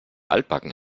altbacken